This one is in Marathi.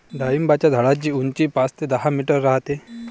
डाळिंबाच्या झाडाची उंची पाच ते दहा मीटर राहते